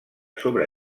sobre